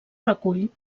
recull